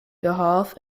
behalf